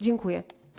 Dziękuję.